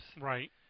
Right